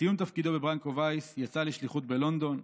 בסיום תפקידו בברנקו וייס יצא לשליחות בלונדון.